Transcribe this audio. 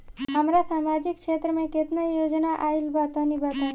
हमरा समाजिक क्षेत्र में केतना योजना आइल बा तनि बताईं?